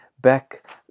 back